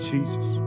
Jesus